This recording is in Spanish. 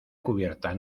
cubierta